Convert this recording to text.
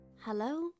Hello